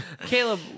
Caleb